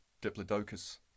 Diplodocus